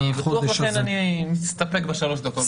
אני מסתפק בשלוש הדקות.